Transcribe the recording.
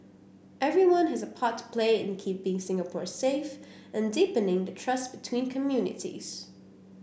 everyone has a part to play in keeping Singapore safe and deepening the trust between communities